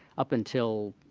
up until